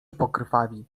pokrwawi